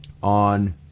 on